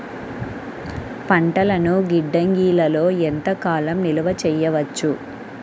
పంటలను గిడ్డంగిలలో ఎంత కాలం నిలవ చెయ్యవచ్చు?